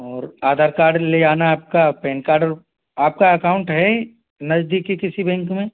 और आधार कार्ड ले आना आपका पैन कार्ड और आपका एकाउंट है नज़दीकी किसी बैंक में